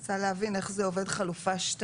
אני רוצה להבין איך זה עובד בחלופה 2